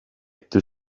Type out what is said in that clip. two